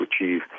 achieve